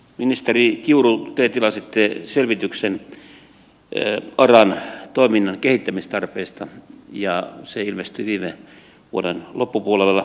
ministeri kiuru te tilasitte selvityksen aran toiminnan kehittämistarpeista ja se ilmestyi viime vuoden loppupuolella